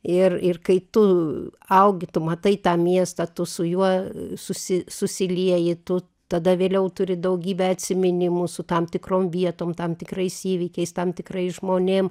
ir ir kai tu augi tu matai tą miestą tu su juo susi susilieji tu tada vėliau turi daugybę atsiminimų su tam tikrom vietom tam tikrais įvykiais tam tikrais žmonėm